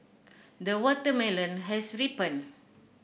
the watermelon has ripened